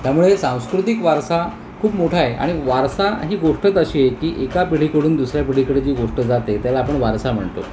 त्यामुळे सांस्कृतिक वारसा खूप मोठा आहे आणि वारसा ही गोष्टचं अशी आहे की एका पिढीकडून दुसऱ्या पिढीकडे जी गोष्ट जाते त्याला आपण वारसा म्हणतो